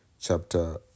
chapter